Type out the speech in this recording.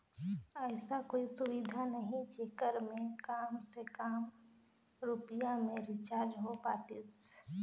ऐसा कोई सुविधा नहीं जेकर मे काम से काम रुपिया मे रिचार्ज हो पातीस?